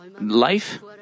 life